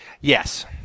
Yes